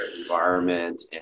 environment